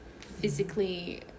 physically